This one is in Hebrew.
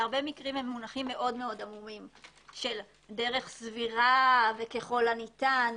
בהרבה מקרים הם מאוד עמומים של דרך סבירה וככל הניתן.